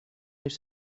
les